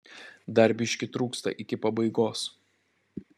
dar biškį trūksta iki pabaigos